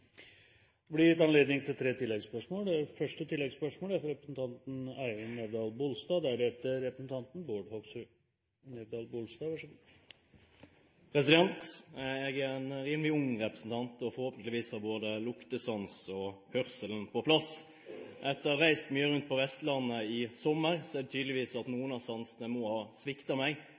Det galdt både asfaltering og anna vegarbeid. Trøsta er at det blir stadig betre. Det blir gitt anledning til tre oppfølgingsspørsmål – først Eivind Nævdal-Bolstad. Jeg er en rimelig ung representant, og forhåpentligvis er både luktesans og hørsel på plass. Etter å ha reist mye rundt på Vestlandet i sommer er det tydelig at noen av sansene må ha sviktet meg.